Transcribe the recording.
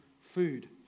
food